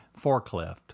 forklift